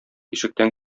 ишектән